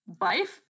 Life